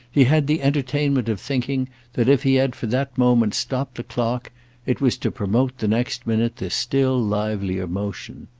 he had the entertainment of thinking that if he had for that moment stopped the clock it was to promote the next minute this still livelier motion.